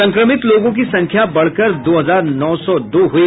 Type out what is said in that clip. संक्रमित लोगों की संख्या बढ़कर दो हजार नौ सौ दो हुई